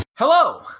Hello